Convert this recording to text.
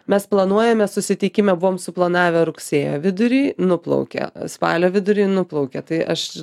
mes planuojame susitikime buvome suplanavę rugsėjo vidurį nuplaukė spalio vidurį nuplaukė tai aš